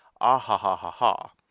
Ah-ha-ha-ha-ha